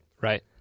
Right